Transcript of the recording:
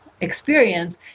experience